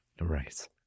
Right